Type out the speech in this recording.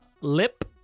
lip